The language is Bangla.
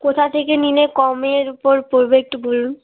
কোথা থেকে নিলে কমের উপর পড়বে একটু বলুন